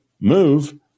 move